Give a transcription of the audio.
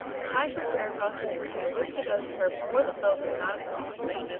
the time for prayer draws near and i wish to go to her before the folk come out of the mosque.